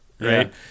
Right